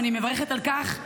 ואני מברכת על כך,